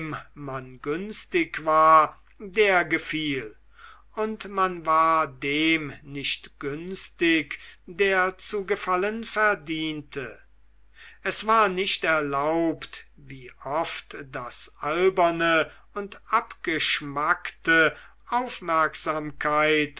man günstig war der gefiel und man war dem nicht günstig der zu gefallen verdiente es war nicht erlaubt wie oft das alberne und abgeschmackte aufmerksamkeit